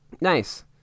Nice